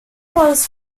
was